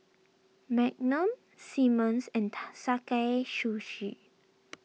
Magnum Simmons and Sakae Sushi